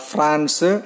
France